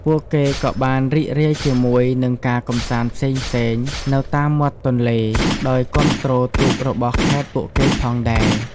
ពួកគេក៏បានរីករាយជាមួយ នឹងការកម្សាន្តផ្សេងៗនៅតាមមាត់ទន្លេ ដោយគាំទ្រទូករបស់ខេត្តពួកគេផងដែរ។